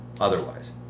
otherwise